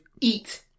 eat